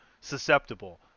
susceptible